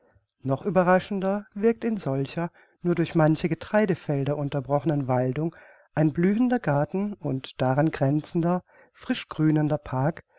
noch überraschender wirkt in solcher nur durch magere getreidefelder unterbrochenen waldung ein blühender garten und daran grenzender frisch grünender park